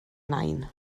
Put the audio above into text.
nain